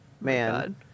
man